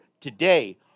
today